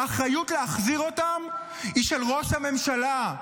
האחריות להחזיר אותם היא של ראש הממשלה,